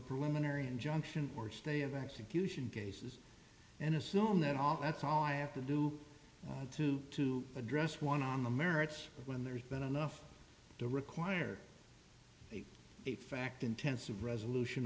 preliminary injunction or stay of execution cases and assume that all that's all i have to do to address one on the merits when there's been enough to require a fact intensive resolution